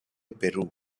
پرو